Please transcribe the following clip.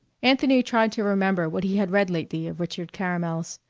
anthony tried to remember what he had read lately of richard caramel's.